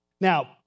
Now